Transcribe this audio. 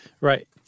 Right